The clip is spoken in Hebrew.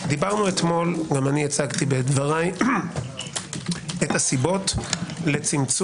דיברנו אתמול גם אני הצגתי בדבריי את הסיבות לצמצום